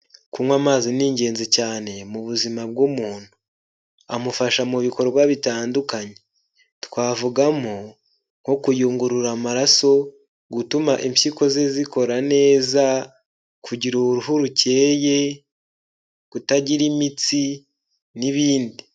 Kunywa amazi ni ingenzi cyane mu buzima bw'umuntu, amufasha mu bikorwa bitandukanye twavugamo nko kuyungurura amaraso, gutuma impyiko ze zikora neza, kugira uruhu rukeye, kutagira imitsi n'ibindi.